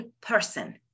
person